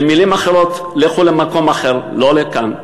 במילים אחרות: לכו למקום אחר, לא לכאן.